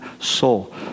soul